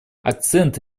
акцент